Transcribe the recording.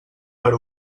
per